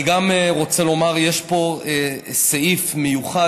אני גם רוצה לומר שיש פה סעיף מיוחד